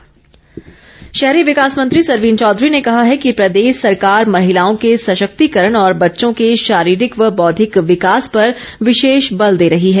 सरवीण चौघरी शहरी विकास मंत्री सरवीण चौधरी ने कहा है कि प्रदेश सरकार महिलाओं के सशक्तिकरण और बच्चों को शारीरिक व बौद्धिक विकास पर विशेष बल दे रही है